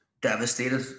devastated